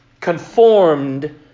conformed